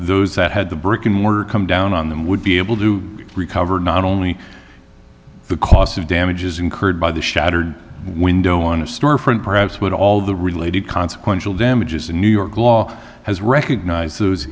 those that had the brick and mortar come down on them would be able to recover not only the cost of damages incurred by the shattered window on a store front perhaps with all the related consequential damages in new york law has recognize